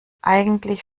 eigentlich